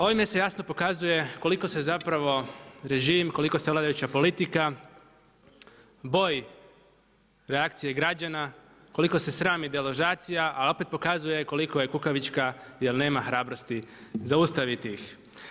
Ovime se jasno pokazuje koliko se zapravo režim, koliko se … politika boji reakcije građana, koliko se srami deložacija, a opet pokazuje koliko je kukavička jel nema hrabrosti zaustaviti ih.